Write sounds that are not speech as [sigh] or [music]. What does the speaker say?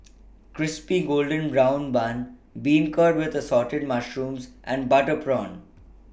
[noise] Crispy Golden Brown Bun Beancurd with The Assorted Mushrooms and Butter Prawn